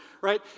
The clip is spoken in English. right